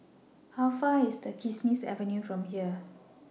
How Far away IS Kismis Avenue from here